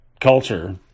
culture